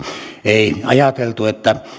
ei ajateltu että